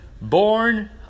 Born